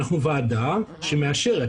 אנחנו ועדה שמאשרת,